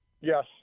Yes